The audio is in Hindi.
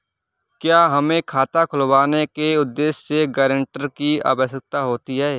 क्या हमें खाता खुलवाने के उद्देश्य से गैरेंटर की आवश्यकता होती है?